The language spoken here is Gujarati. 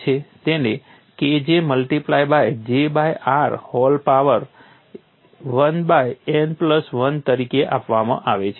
તેને kj multiply by j by r whole power 1 by n plus 1 તરીકે આપવામાં આવે છે